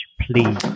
please